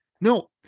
No